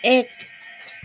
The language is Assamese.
এক